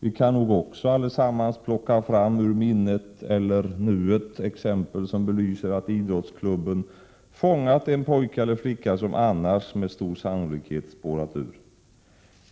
Vi kan nog också allesammans plocka fram ur minnet eller nuet exempel som belyser att idrottsklubben fångat en pojke eller flicka som annars med stor sannolikhet spårat ur.